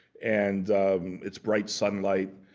and it's bright sunlight.